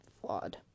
flawed